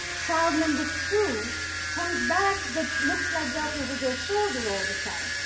child number two comes back but looks like that over their shoulder all the time.